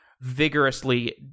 vigorously